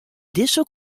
dizze